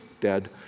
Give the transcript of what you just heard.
dead